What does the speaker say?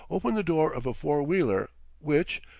opened the door of a four-wheeler which,